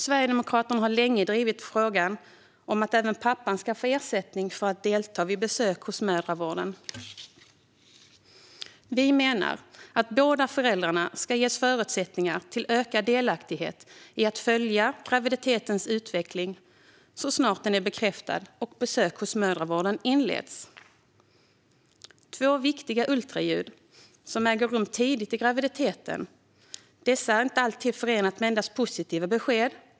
Sverigedemokraterna har länge drivit frågan att även pappan ska få ersättning för att delta vid besök hos mödravården. Vi menar att båda föräldrarna ska ges förutsättning till ökad delaktighet i graviditetens utveckling så snart den är bekräftad och besök hos mödravården inleds. Två viktiga ultraljud äger rum tidigt i graviditeten. De är inte alltid förenade med positiva besked.